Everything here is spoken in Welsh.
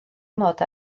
mod